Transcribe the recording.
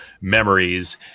memories